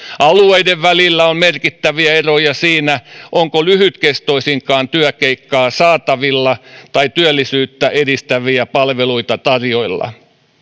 alueiden välillä on merkittäviä eroja siinä onko lyhytkestoisintakaan työkeikkaa saatavilla tai työllisyyttä edistäviä palveluita tarjolla